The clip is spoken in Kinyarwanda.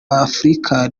afurika